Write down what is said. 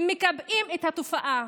הם מקבעים את התופעה.